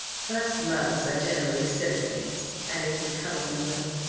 first loves are generally silly things, added he, colouring a little.